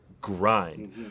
grind